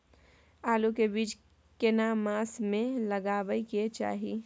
आलू के बीज केना मास में लगाबै के चाही?